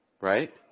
right